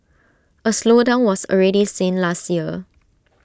A slowdown was already seen last year